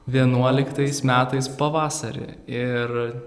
vienuoliktais metais pavasarį ir